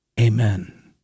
Amen